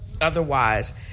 otherwise